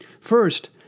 First